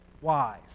wise